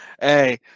Hey